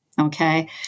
Okay